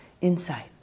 insight